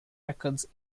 records